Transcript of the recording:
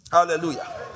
Hallelujah